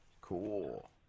Cool